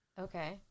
Okay